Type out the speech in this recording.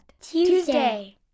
Tuesday